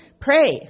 pray